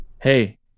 Hey